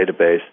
database